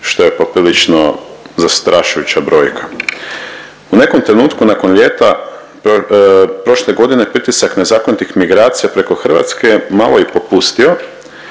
što je poprilično zastrašujuća brojka. U nekom trenutku nakon ljeta prošle godine pritisak nezakonitih migracija preko Hrvatske malo je popustio,